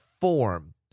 form